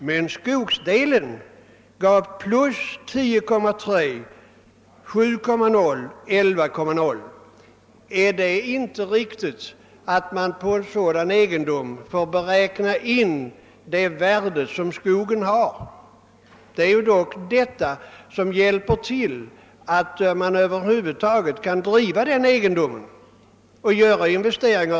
Men skogsdelen gav plus 10,3 procent, plus 7,0 procent respektive plus 11,0 procent. är det inte riktigt att man beträffande en sådan egendom får räkna med skogens avkastning och dess värde? Det är dock skogen som gör att man över huvud taget kan driva denna egendom och göra investeringar.